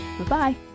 Bye-bye